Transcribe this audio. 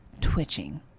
twitching